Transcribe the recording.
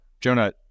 Jonah